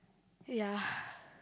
ya